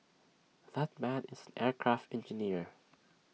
that man is an aircraft engineer